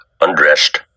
undressed